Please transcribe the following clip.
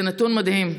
זה נתון מדהים.